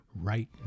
right